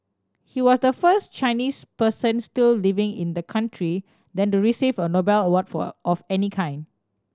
he was the first Chinese person still living in the country then to receive a Nobel award for of any kind